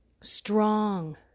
strong